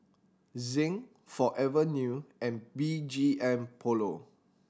Zinc Forever New and B G M Polo